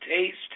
taste